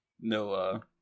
no